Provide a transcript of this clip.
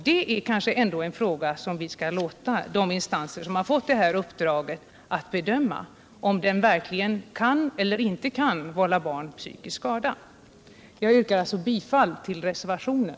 Det är kanske ändå en fråga som vi skall låta de instanser avgöra som har uppdraget att bedöma om denna film kan vålla barn psykisk skada eller ej. Jag yrkar bifall till reservationen.